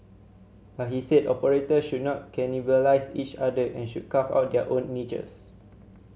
but he said operators should not cannibalise each other and should carve out their own niches